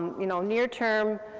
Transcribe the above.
you know, near-term,